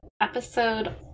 episode